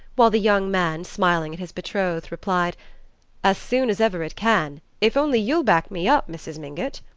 while the young man, smiling at his betrothed, replied as soon as ever it can, if only you'll back me up, mrs. mingott.